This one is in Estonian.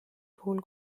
puhul